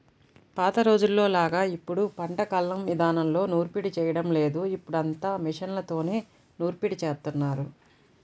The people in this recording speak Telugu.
పాత రోజుల్లోలాగా ఇప్పుడు పంట కల్లం ఇదానంలో నూర్పిడి చేయడం లేదు, ఇప్పుడంతా మిషన్లతోనే నూర్పిడి జేత్తన్నారు